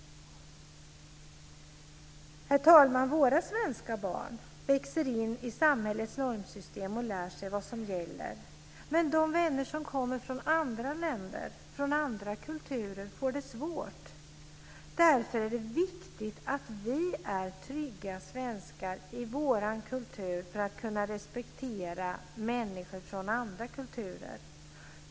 Herr talman! Våra svenska barn växer in i samhällets normsystem och lär sig vad som gäller, men vännerna som kommer från andra länder och från andra kulturer får det svårt. Det är viktigt att vi svenskar är trygga i vår kultur för att vi ska kunna respektera människor från andra kulturer.